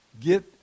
get